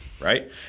right